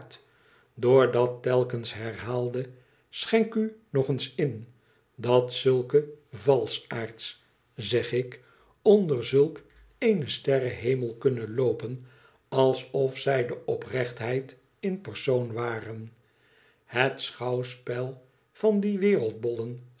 dat telkens herhaalde i schenk u nog eens in dat zulke valschaards zeg ik onder zulk een sterrenhemel kunnen loopen alsof zij de oprechtheid in persoon waren het schouwspel van die